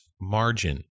margin